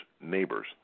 neighbors